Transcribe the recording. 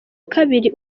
kabiri